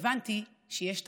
הבנתי שיש תכלית,